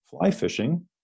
Fly-fishing